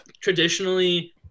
traditionally